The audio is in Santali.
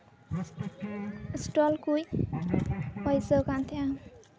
ᱥᱴᱚᱞ ᱠᱚ ᱵᱟᱹᱭᱥᱟᱹᱣ ᱠᱟᱱ ᱛᱟᱦᱮᱱᱟ